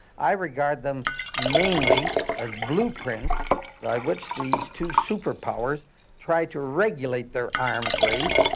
i regard them mainly as blueprints by which these two superpowers try to regulate their arms race.